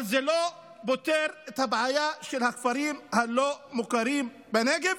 אבל זה לא פותר את הבעיה של הכפרים הלא-מוכרים בנגב.